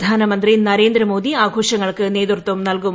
പ്രധാനമന്ത്രി നരേന്ദ്രമോദി ആഘോഷങ്ങൾക്ക് നേതൃത്വം നൽകും